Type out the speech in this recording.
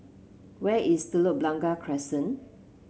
where is Telok Blangah Crescent